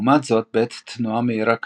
לעומת זאת בעת תנועה מהירה קדימה,